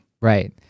Right